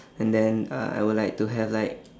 and then uh I would like to have like